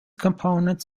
components